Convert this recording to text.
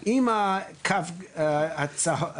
קיימים כי הם יכולים להמשיך לאסוף את כל